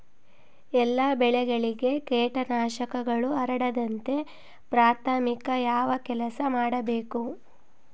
ಎಲ್ಲ ಬೆಳೆಗಳಿಗೆ ಕೇಟನಾಶಕಗಳು ಹರಡದಂತೆ ಪ್ರಾಥಮಿಕ ಯಾವ ಕೆಲಸ ಮಾಡಬೇಕು?